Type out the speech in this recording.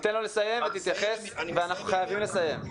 אנשי מקצוע של משרד הבריאות המליצו.